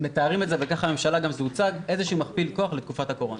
כך זה גם הוצג בממשלה, כמכפיל כוח לתקופת הקורונה.